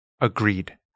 Agreed